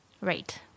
Right